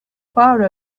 bar